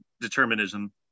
determinism